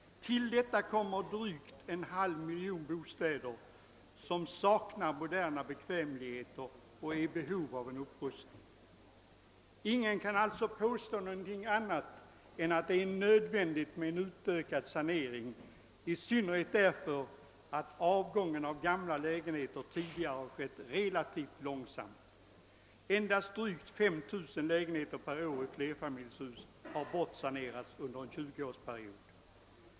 Till detta kommer att drygt en halv miljon bostäder saknar moderna bekvämligheter och är i behov av upprustning. Ingen kan påstå annat än att det är nödvändigt med en utökad sanering, i synnerhet som avgången av gamla lägenheter tidigare skett relativt långsamt. I flerfamiljshus har endast drygt 5 000 lägenheter per år bortsanerats under en 20-årsperiod.